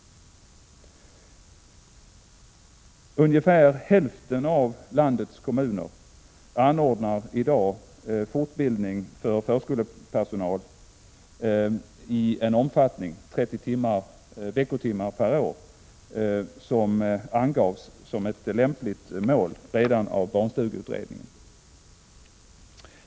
Ungefär hälften av landets kommuner anordnar i dag fortbildning för förskolepersonal i en omfattning, 30 veckotimmar per år, som angavs som ett lämpligt mål redan av barnstugeutredningen.